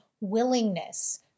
willingness